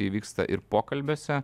įvyksta ir pokalbiuose